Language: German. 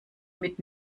mit